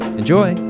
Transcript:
enjoy